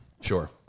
sure